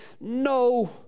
No